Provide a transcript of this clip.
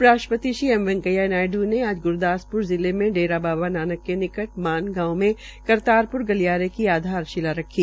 उप राष्ट्रपति श्री एम वैकेया नायडू ने आज ग्रूदास प्र जिले में डेरा बाबा नानक के निकट मान गांव में करतार प्र गलियारे की आधारशिला रखी